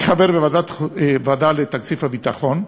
אני חבר בוועדה לתקציב הביטחון.